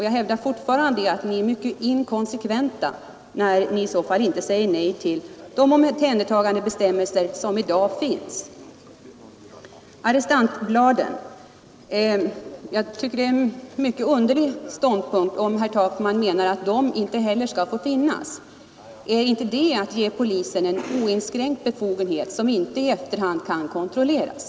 Jag hävdar alltjämt att ni är mycket inkonsekventa när ni i så fall inte säger nej till de omhändertagandebestämmelser som i dag finns. När det gäller arrestantbladet tycker jag det är en mycket underlig ståndpunkt om herr Takman menar att det inte heller skall få finnas. Är inte detta att ge polisen en oinskränkt befogenhet som inte i efterhand kan kontrolleras?